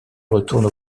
retourne